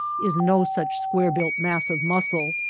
is no such square built mass of muscle,